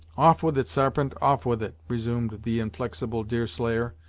off with it, sarpent off with it, resumed the inflexible deerslayer.